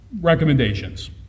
recommendations